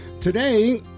today